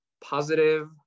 positive